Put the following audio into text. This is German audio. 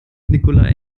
nikolai